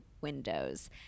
windows